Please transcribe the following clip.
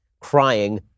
crying